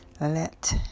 let